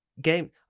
game